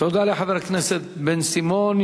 תודה לחבר הכנסת בן-סימון.